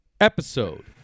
episode